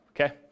Okay